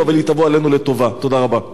תודה רבה לך, חבר הכנסת מיכאל בן-ארי.